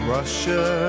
Russia